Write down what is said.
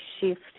shift